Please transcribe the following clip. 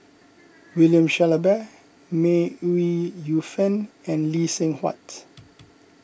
William Shellabear May Ooi Yu Fen and Lee Seng Huat